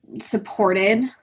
supported